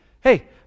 hey